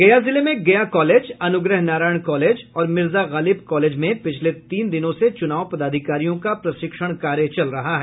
गया जिले में गया कॉलेज अनुग्रह नारायण कॉलेज और मिर्जा गालिब कॉलेज में पिछले तीन दिनों से चुनाव पदाधिकारियों का प्रशिक्षण कार्य चल रहा है